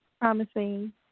Promising